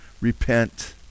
repent